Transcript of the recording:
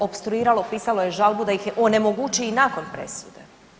Opstruiralo, pisalo je žalbu da ih onemoguće i nakon presude.